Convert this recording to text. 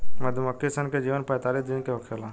मधुमक्खी सन के जीवन पैतालीस दिन के होखेला